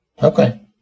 Okay